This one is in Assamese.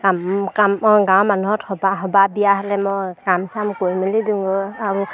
কাম কাম অঁ গাঁৱৰ মানুহত সবা সবাহ বিয়া হ'লে মই কাম চাম কৰি মেলি দিওঁগৈ আৰু